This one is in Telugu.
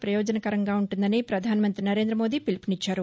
ప్రయోజనకరంగా ఉంటుందని పధాన మంతి నరేంద మోదీ పిలుపునిచ్చారు